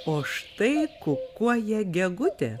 o štai kukuoja gegutė